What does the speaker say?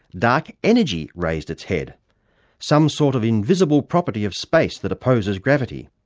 dark energy raised its head some sort of invisible property of space that opposes gravity.